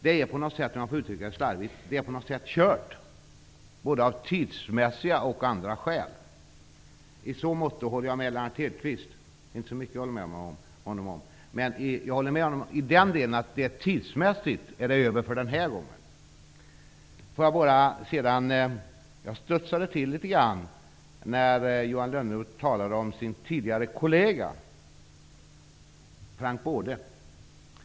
Det är kört, om jag får uttrycka mig slarvigt, både av tidsskäl och av andra skäl. I så måtto håller jag med Lennart Hedquist. Det är inte mycket jag håller med honom om. Men jag håller med honom om att det tidsmässigt är över för denna gång. Jag studsade till litet när Johan Lönnroth talade om sin tidigare kollega Frank Baude.